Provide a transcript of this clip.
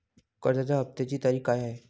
कर्जाचा हफ्त्याची तारीख काय आहे?